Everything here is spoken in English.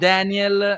Daniel